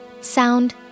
sound